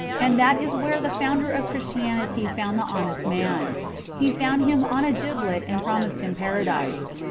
and that is where the founder of christianity found the honest man he found him on a gibbet and promised him paradise.